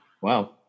Wow